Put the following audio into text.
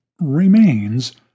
remains